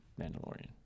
Mandalorian